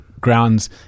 grounds